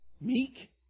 Meek